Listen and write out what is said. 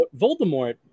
Voldemort